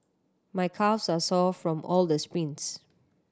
my calves are sore from all the sprints